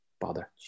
bother